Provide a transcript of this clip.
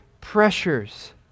pressures